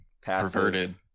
perverted